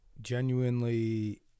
genuinely